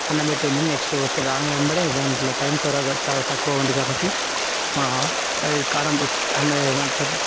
అన్నం పెట్టి వెళ్లి నెక్స్ట్ వచ్చి రాగానే వెంటనే దాంట్లో టైం త్వరగా తక్కువ ఉంది కాబట్టి అందరూ ఏమంటారు